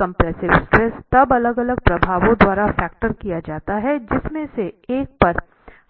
मूल compressive stress तब अलग अलग प्रभावों द्वारा फैक्टर किया जाता है जिनमें से एक पर